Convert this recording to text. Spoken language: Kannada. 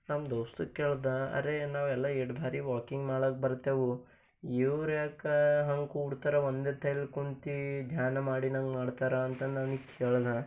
ನಾನು ದೋಸ್ತುಗ ಕೇಳ್ದೆ ಅರೆ ನಾವೆಲ್ಲ ಯರ್ಡ್ ಬಾರೀ ವಾಕಿಂಗ್ ಮಾಡಾಕ ಬರ್ತೆವು ಇವ್ರುಯಾಕ ಹಂಗ ಕೂಡ್ತಾರ ಒಂದೇ ತೆಲ್ ಕುಂತು ಧ್ಯಾನ ಮಾಡಿನಂಗ ಮಾಡ್ತಾರ ಅಂತ ನಾ ಅವ್ನಿಗೆ ಕೇಳ್ದೆ